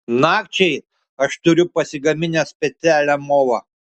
nakčiai aš turiu pasigaminęs specialią movą